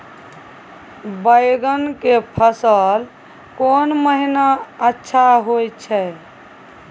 बैंगन के फसल कोन महिना अच्छा होय छै?